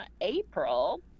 April